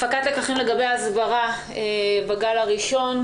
הפקת לקחים לגבי הסברה בגל הראשון,